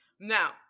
Now